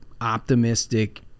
optimistic